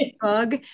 bug